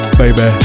baby